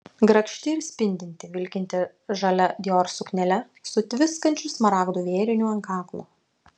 grakšti ir spindinti vilkinti žalia dior suknele su tviskančiu smaragdų vėriniu ant kaklo